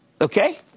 Okay